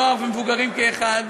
נוער ומבוגרים כאחד,